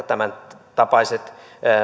tämäntapaiset